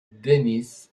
dennis